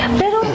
pero